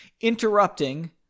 interrupting